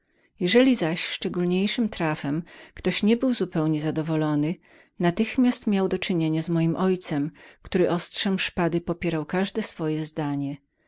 jeżeli zaś szczególniejszym trafem ktoś nie był zupełnie zadowolonym natychmiast miał do czynienia z moim ojcem który ostrzem szpady popierał każde swoje zdanie